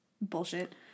bullshit